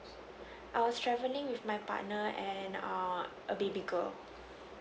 I was travelling with my partner and err a baby girl